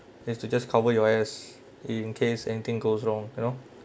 it's to just cover your ass in case anything goes wrong you know